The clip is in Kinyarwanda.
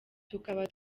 tukaba